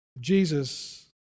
Jesus